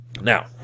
Now